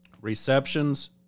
Receptions